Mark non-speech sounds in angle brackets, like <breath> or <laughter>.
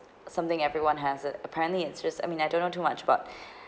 something everyone has it apparently it just I mean I don't know too much about <breath>